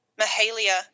Mahalia